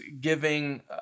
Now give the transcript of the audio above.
giving